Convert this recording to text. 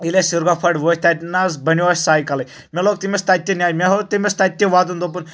ییٚلہِ أسۍ سِرگَفوٹ وٲتۍ تتہِ نہ حظ بنیو اسہِ سایکَلٕے مےٚ لوٚگ تٔمِس تتہِ تہِ نیاے مےٚ ہیوٚت تٔمِس تتہِ تہِ وَدُن دوٚپُن